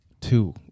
two